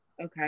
okay